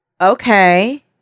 Okay